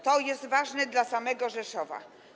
To jest ważne dla samego Rzeszowa.